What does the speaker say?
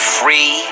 free